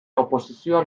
oposizioa